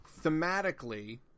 Thematically